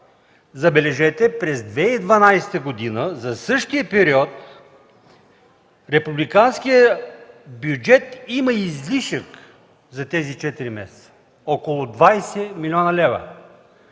Забележете, през 2012 г. за същия период републиканският бюджет има излишък за тези четири месеца около 20 млн. лв.